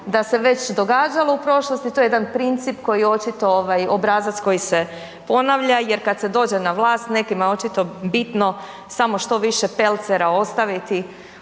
da se već događalo u prošlosti, to je jedan princip koji očito ovaj obrazac koji se ponavlja jer kad se dođe na vlast nekima je očito bitno samo što više pelcera ostaviti